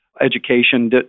education